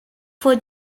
for